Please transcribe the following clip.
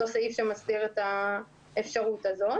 אותו סעיף שמסדיר את האפשרות הזאת